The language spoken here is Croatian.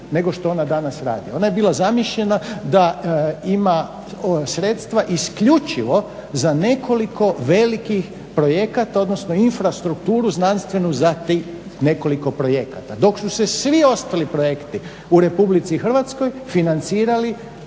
nego što ona danas radi. Ona je bila zamišljena da ima sredstva isključivo za nekoliko velikih projekata, odnosno infrastrukturu znanstvenu za tih nekoliko projekata, dok su se svi ostali projekti u RH financirali